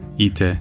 Ite